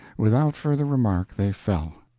without further remark, they fell.